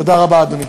תודה רבה, אדוני.